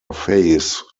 faith